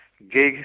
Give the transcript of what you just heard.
gig